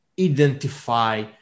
identify